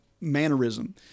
mannerism